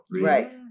Right